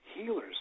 healers